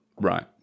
Right